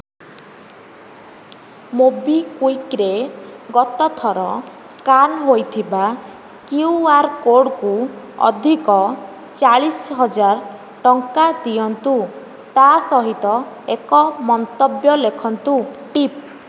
ମୋବିକ୍ଵିକ୍ରେ ଗତଥର ସ୍କାନ ହୋଇଥିବା Q R କୋଡ଼୍କୁ ଅଧିକ ଚାଳିଶ ହଜାର ଟଙ୍କା ଦିଅନ୍ତୁ ତା ସହିତ ଏକ ମନ୍ତବ୍ୟ ଲେଖନ୍ତୁ ଟିପ୍